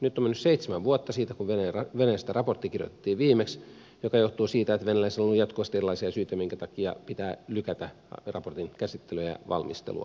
nyt on mennyt seitsemän vuotta siitä kun venäjästä raportti kirjoitettiin viimeksi mikä johtuu siitä että venäläisillä on ollut jatkuvasti erilaisia syitä minkä takia pitää lykätä raportin käsittelyä ja valmistelua